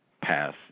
pass